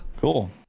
Cool